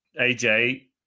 AJ